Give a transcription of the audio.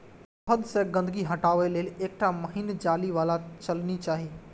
शहद सं गंदगी हटाबै लेल एकटा महीन जाली बला छलनी चाही